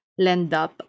Lendup